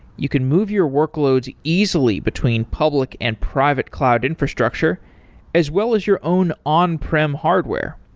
you can move your workloads easily between public and private cloud infrastructure as well as your own on-prim hardware.